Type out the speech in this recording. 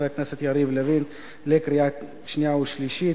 הכנסת יריב לוין לקריאה שנייה ושלישית,